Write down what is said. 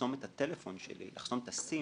לחסום את הטלפון שלי, לחסום את הסים,